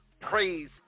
praise